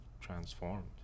transformed